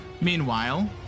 Meanwhile